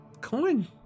coin